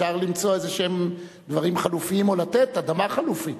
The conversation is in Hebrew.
אפשר למצוא איזשהם דברים חלופיים או לתת אדמה חלופית,